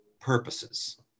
purposes